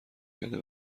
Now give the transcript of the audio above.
گرده